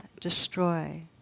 destroy